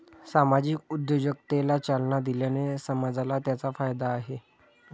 सामाजिक उद्योजकतेला चालना दिल्याने समाजाला त्याचा फायदा आहे